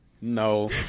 No